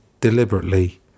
deliberately